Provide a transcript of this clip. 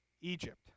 Egypt